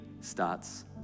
starts